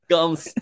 Gums